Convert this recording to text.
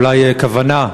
אולי כוונה,